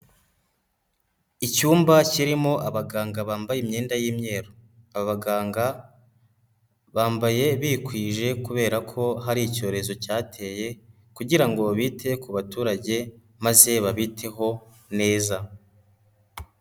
Icyumba kirimo abaganga bambaye imyenda y'imyeru, abaganga bambaye bikwije kubera ko hari icyorezo cyateye kugira ngo bite ku baturage, maze babiteho neza.